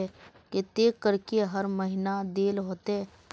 केते करके हर महीना देल होते?